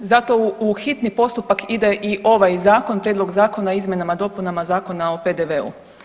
Zato u hitni postupak ide i ovaj zakon, prijedlog zakona o izmjenama i dopunama Zakona o PDV-u.